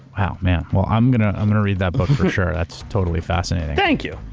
wow. man. well, i'm going ah i'm going to read that book, for sure. that's totally fascinating. thank you.